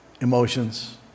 emotions